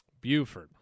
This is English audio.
Buford